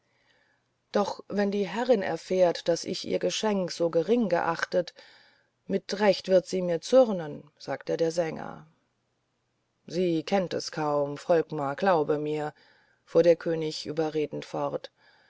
doch wenn die herrin erfährt daß ich ihr geschenk so gering geachtet mit recht wird sie mir zürnen sagte der sänger sie kennt es kaum volkmar glaube mir fuhr der könig überredend fort